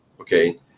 Okay